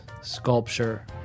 sculpture